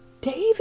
David